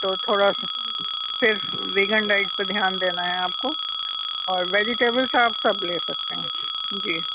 تو تھوڑا سا صرف ویگن ڈائٹ پہ دھیان دینا ہے آپ کو اور ویجیٹیبلس آپ سب لے سکتے ہیں جی